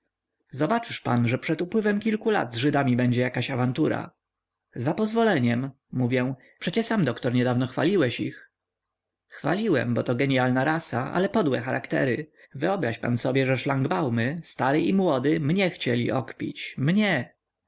zobaczysz pan że przed upływem kilku lat z żydami będzie jakaś awantura za pozwoleniem mówię przecie sam doktor niedawno chwaliłeś ich chwaliłem bo to genialna rasa ale podłe charaktery wyobraź pan sobie że szlangbaumy stary i młody mnie chcieli okpić mnie